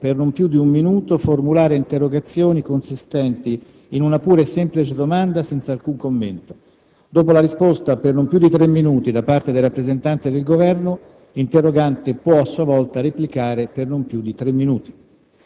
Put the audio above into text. per non più di un minuto, formulare interrogazioni consistenti in una pura e semplice domanda senza alcun commento. Dopo la risposta, per non più di tre minuti, da parte del rappresentante del Governo, l'interrogante può a sua volta replicare per non più di tre minuti.